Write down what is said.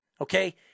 Okay